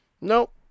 nope